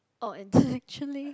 oh intellectually